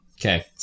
Okay